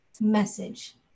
message